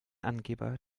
angeber